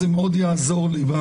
זה מאוד יעזור לי.